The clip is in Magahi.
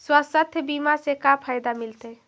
स्वास्थ्य बीमा से का फायदा मिलतै?